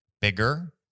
bigger